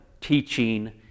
teaching